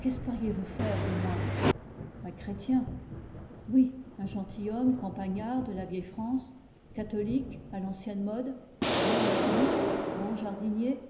quespériez vous faire de moi un chrétien oui un gentilhomme campagnard de la vieille france catholique à l'ancienne mode bon latiniste bon jardinier